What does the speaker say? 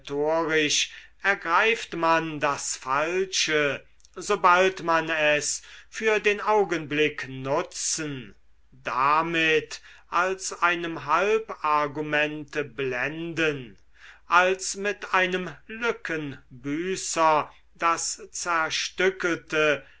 ergreift man das falsche sobald man es für den augenblick nutzen damit als einem halbargumente blenden als mit einem lückenbüßer das zerstückelte